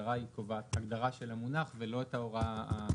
ההגדרה היא קובעת את ההגדרה של המונח ולא את ההוראה המהותית.